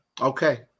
Okay